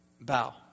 bow